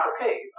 Okay